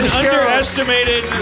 underestimated